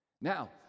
Now